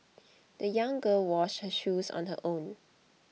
the young girl washed her shoes on her own